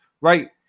right